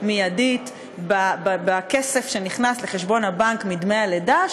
מיידית בכסף שנכנס לחשבון הבנק מדמי הלידה,